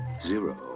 Zero